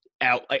out